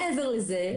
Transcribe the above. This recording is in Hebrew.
מעבר לזה,